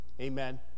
Amen